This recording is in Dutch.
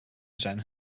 zijn